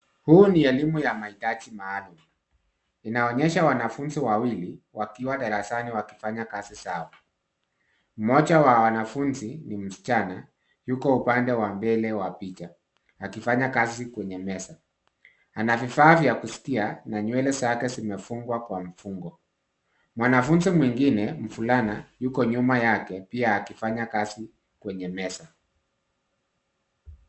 Huu ni elimu ya mahitaji maalum. Inaonyesha wanafunzi wawili wakiwa darasani wakifanya kazi zao. Mmoja wa wanafunzi ni msichana, yuko upande wa mbele wa picha akifanya kazi kwenye meza. Ana vifaa vya kusikia na nywele zake zimefungwa kwa mfungo. Mwanafunzi mwingine mvulana yuko nyuma yake pia akifanya kazi kwenye meza.